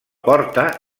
porta